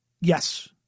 Yes